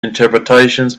interpretations